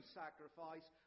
sacrifice